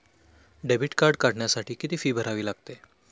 Debit card काढण्यासाठी किती fee भरावी लागते?